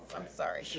i'm sorry.